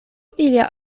ilia